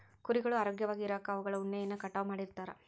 ಕುರಿಗಳು ಆರೋಗ್ಯವಾಗಿ ಇರಾಕ ಅವುಗಳ ಉಣ್ಣೆಯನ್ನ ಕಟಾವ್ ಮಾಡ್ತಿರ್ತಾರ